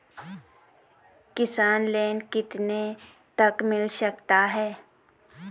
किसान लोंन कितने तक मिल सकता है?